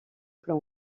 plan